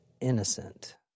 innocent